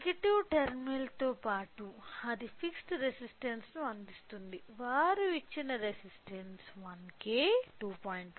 negative టెర్మినల్తో పాటు అది ఫిక్స్డ్ రెసిస్టన్స్స్ ను అందించింది వారు ఇచ్చిన రెసిస్టన్స్స్ 1K 2